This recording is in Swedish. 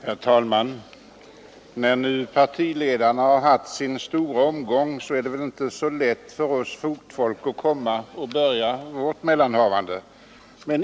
Herr talman! När nu partiledarna har haft sin stora omgång är det inte så lätt för oss fotfolk att börja vårt mellanhavande.